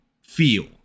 feel